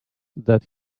that